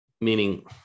Meaning